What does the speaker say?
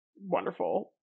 wonderful